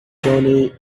tony